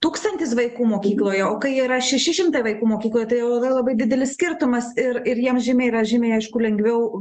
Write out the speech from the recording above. tūkstantis vaikų mokykloje o kai yra šeši šimtai vaikų mokykloje tai jau yra labai didelis skirtumas ir ir jiem žymiai yra žymiai aišku lengviau